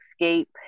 escape